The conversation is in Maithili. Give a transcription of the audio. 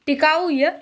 टिकाऊ अछि